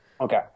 Okay